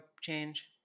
change